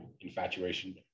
infatuation